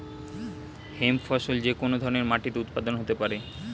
hemp ফসল যে কোন ধরনের মাটিতে উৎপাদন হতে পারে